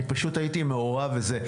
אני פשוט הייתי מעורב בזה.